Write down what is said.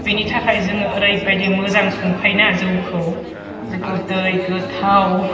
बेनि थाखाय जोङो ओरैबादि मोजां संखायो ना जौखौ गोदै गोथाव